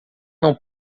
não